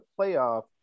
playoff